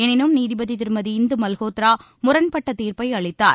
எனினும் நீதிபதி திருமதி இந்து மல்கோத்ரா முரண்பட்ட தீர்ப்பை அளித்தார்